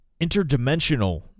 interdimensional